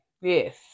Yes